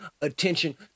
attention